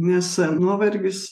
nes nuovargis